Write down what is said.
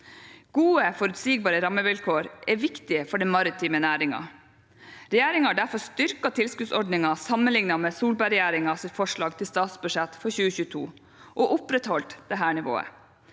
Gode, forutsigbare rammevilkår er viktig for den maritime næringen. Regjeringen har derfor styrket tilskuddsordningen sammenlignet med Solberg-regjeringens forslag til statsbudsjett for 2022, og opprettholdt dette nivået.